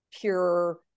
pure